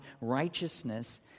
righteousness